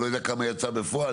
אני לא יודע כמה יצא בפועל,